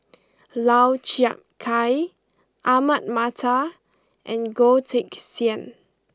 Lau Chiap Khai Ahmad Mattar and Goh Teck Sian